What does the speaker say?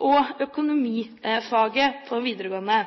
og økonomifaget på videregående,